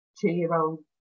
two-year-old